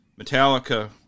Metallica